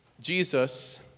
Jesus